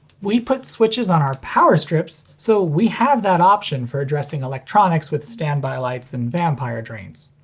we put switches on our power strips so we have that option for addressing electronics with standby lights and vampire drains.